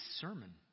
sermon